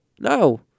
No